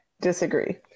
Disagree